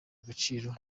agaciro